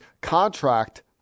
contract